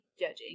judging